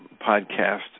podcast